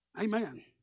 Amen